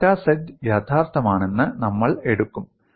delta z യഥാർത്ഥമാണെന്ന് നമ്മൾ എടുക്കും